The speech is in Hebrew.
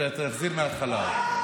תחזיר מהתחלה.